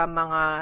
mga